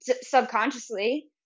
subconsciously